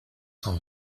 cent